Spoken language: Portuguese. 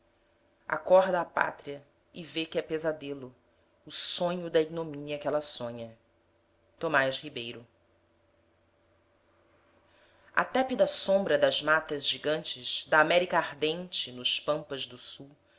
acorda a pátria e vê que é pesadelo o sonho da ignomínia que ela sonha tomás ribeiro à tépida sombra das matas gigantes da américa ardente nos pampas do sul